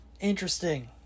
interesting